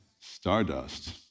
Stardust